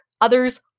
Others